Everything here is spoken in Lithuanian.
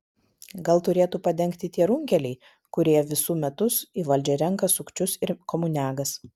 gal turėtų padengti tie runkeliai kurie visu metus į valdžią renka sukčius ir komuniagas